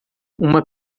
uma